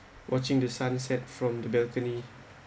watching the sunset from the balcony